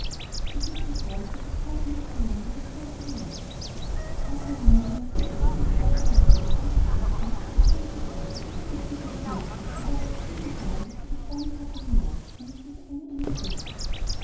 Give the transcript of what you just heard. die gute frau saß oft halbe nächte lang bei den fleißigen leuten war sie aber müde und sehnte sich nach hause in ihr weiches warmes bettchen dann stand sie auf öffnete das fenster und warf das klüngel garn das sie gesponnen hatte hinaus indem sie das eine ende festhielt